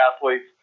athletes